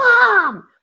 mom